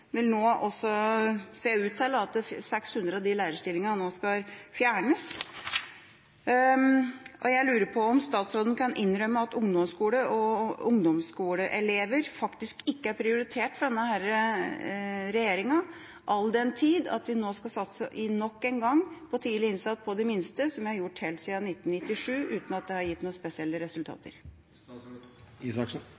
Nå ser det ut til at 600 av de lærerstillingene skal fjernes. Jeg lurer på om statsråden kan innrømme at ungdomsskole og ungdomsskoleelever faktisk ikke er prioritert av denne regjeringa, all den tid vi nå skal satse – nok en gang – på tidlig innsats på de minste, noe som er gjort helt siden 1997 uten at det har gitt noen spesielle